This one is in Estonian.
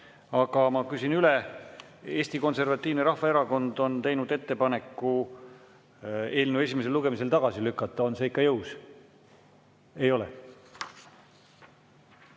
Aga ma küsin üle. Eesti Konservatiivne Rahvaerakond on teinud ettepaneku eelnõu esimesel lugemisel tagasi lükata. On see ikka jõus? Ei ole.